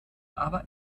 aber